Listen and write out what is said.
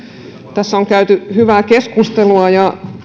tässä on käyty hyvää keskustelua ja